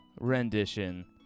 rendition